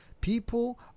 People